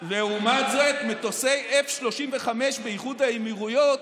לעומת זאת, מטוסי F-35 באיחוד האמירויות,